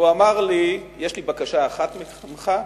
והוא אמר לי: יש לי בקשה אחת ממך,